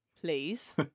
please